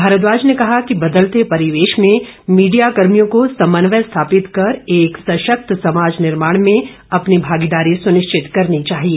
भारद्वाज ने कहा कि बदलते परिवेश में मीडिया कर्मियों को समन्वय स्थापित कर एक सशक्त समाज निर्माण में अपनी भागीदारी सुनिश्चित करनी चाहिए